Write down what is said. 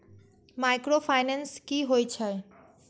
Micro finance कि होई छै?